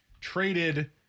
traded